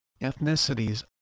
ethnicities